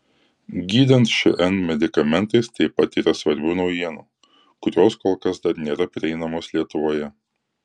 gydant šn medikamentais taip pat yra svarbių naujienų kurios kol kas dar nėra prieinamos lietuvoje